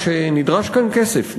שנדרש כאן כסף,